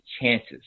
chances